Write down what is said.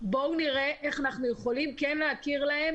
בואו נראה איך אנחנו יכולים כן להכיר להם